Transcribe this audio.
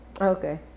Okay